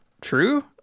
True